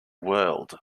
world